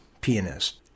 pianist